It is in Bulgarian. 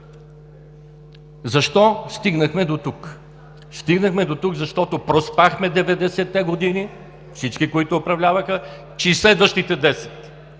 Защо стигнахме дотук? Стигнахме дотук, защото проспахме 90-те години, всички, които управляваха, че и следващите